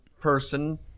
person